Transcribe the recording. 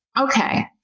Okay